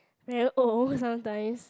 very old sometimes